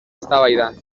eztabaidan